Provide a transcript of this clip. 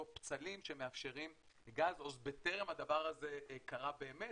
פצלים שמאפשרים גז עוד בטרם הדבר הזה קרה באמת.